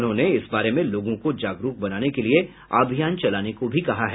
उन्होंने इस बारे में लोगों को जागरूक बनाने के लिए अभियान चलाने को भी कहा है